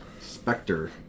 Spectre